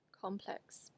complex